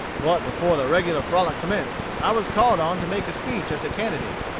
but before the regular frolic commenced, i was called on to make a speech as a candidate,